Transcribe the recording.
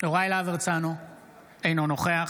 אינו נוכח